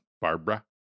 Barbara